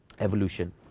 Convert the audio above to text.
Evolution